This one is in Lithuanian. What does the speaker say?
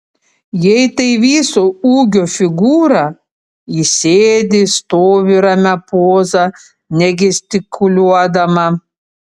jei tai viso ūgio figūra ji sėdi stovi ramia poza negestikuliuodama